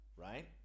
right